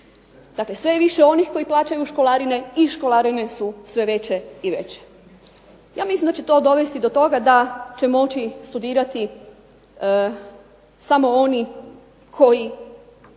Dakle, sve je više onih koji plaćaju školarine i školarine su sve veće i veće. Ja mislim da će to dovesti do toga da će moći studirati samo oni koji